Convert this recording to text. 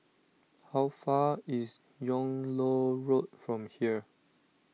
how far is Yung Loh Road from here